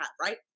right